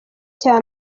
cya